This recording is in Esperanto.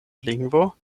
lingvo